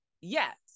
Yes